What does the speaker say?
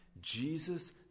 Jesus